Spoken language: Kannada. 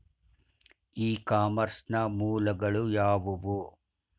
ಇ ಕಾಮರ್ಸ್ ನ ಮೂಲಗಳು ಯಾವುವು?